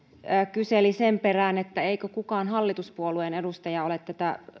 kyseli sen perään eikö kukaan hallituspuolueen edustaja ole tätä